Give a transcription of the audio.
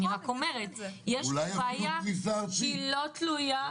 אני רק אומרת שיש בעיה שלא תלויה.